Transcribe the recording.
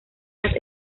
las